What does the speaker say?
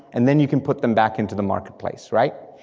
and then you can put them back into the marketplace, right?